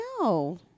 No